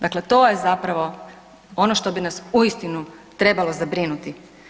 Dakle to je zapravo ono što bi nas uistinu trebalo zabrinuti.